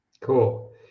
cool